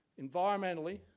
environmentally